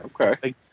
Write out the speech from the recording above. Okay